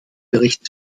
bericht